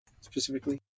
specifically